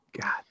God